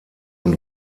und